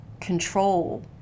control